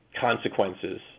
consequences